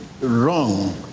wrong